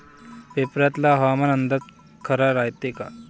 पेपरातला हवामान अंदाज खरा रायते का?